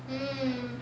mm